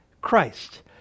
Christ